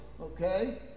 okay